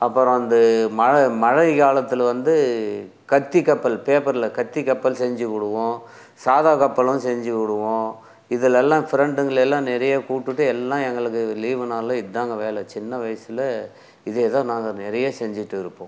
அப்பறம் அந்த மழை மழை காலத்தில் வந்து கத்தி கப்பல் பேப்பரில் கத்தி கப்பல் செஞ்சு விடுவோம் சாதா கப்பலும் செஞ்சு விடுவோம் இதில் எல்லாம் ஃபிரெண்டுகள எல்லாம் நிறைய கூப்பிட்டுட்டு எல்லாம் எங்களுக்கு லீவு நாளில் இதான்ங்க வேலை சின்ன வயசில் இதே தான் நாங்கள் நிறைய செஞ்சுட்டு இருப்போம்